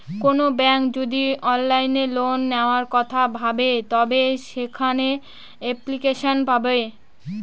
কোনো ব্যাঙ্ক যদি অনলাইনে লোন নেওয়ার কথা ভাবে তবে সেখানে এপ্লিকেশন পাবে